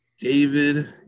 David